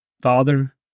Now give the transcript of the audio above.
Father